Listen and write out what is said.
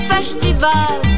Festival